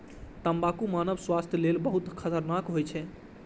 तंबाकू मानव स्वास्थ्य लेल बहुत खतरनाक होइ छै